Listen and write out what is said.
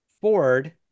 Ford